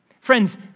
Friends